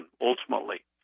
Ultimately